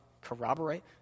corroborate